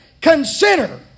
consider